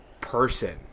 person